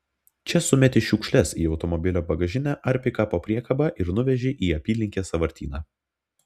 čia sumeti šiukšles į automobilio bagažinę ar pikapo priekabą ir nuveži į apylinkės sąvartyną